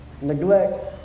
neglect